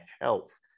health